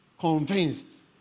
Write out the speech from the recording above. convinced